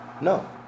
No